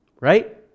Right